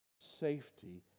Safety